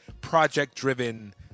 project-driven